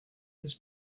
his